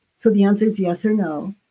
so the answer's yes or no.